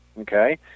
Okay